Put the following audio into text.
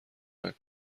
نکن